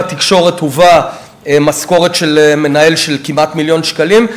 בתקשורת הובאה משכורת של מנהל של כמעט מיליון שקלים,